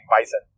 bison